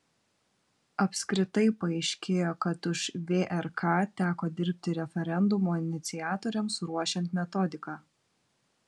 apskritai paaiškėjo kad už vrk teko dirbti referendumo iniciatoriams ruošiant metodiką